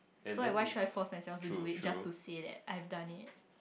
so like why should I force myself to do it just to say that I've done it